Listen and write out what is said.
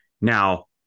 Now